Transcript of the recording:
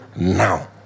now